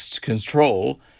Control